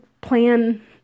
plan